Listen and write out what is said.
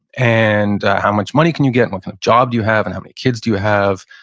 and how much money can you get? what kind of job do you have? and how many kids do you have?